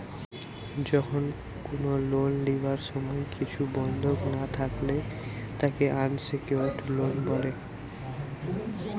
যখন কোনো লোন লিবার সময় কিছু বন্ধক না থাকলে তাকে আনসেক্যুরড লোন বলে